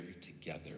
together